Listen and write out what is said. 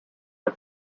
are